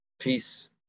Peace